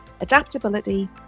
adaptability